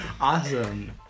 Awesome